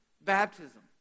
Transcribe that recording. baptism